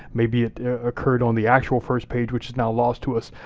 maybe it occurred on the actual first page which is now lost to us,